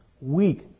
weak